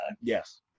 Yes